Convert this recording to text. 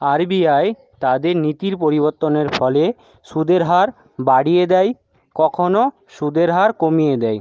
R B I তাদের নীতির পরিবর্তনের ফলে সুদের হার বাড়িয়ে দেয় কখনো সুদের হার কমিয়ে দেয়